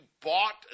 bought